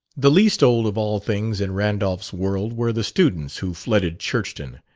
the least old of all things in randolph's world were the students who flooded churchton.